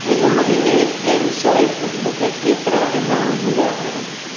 हिन महिने एम स्वाइप मूंखे केतिरा इनाम मिलिया आहिनि